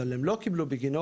אבל הם לא קיבלו בגינו,